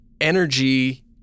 energy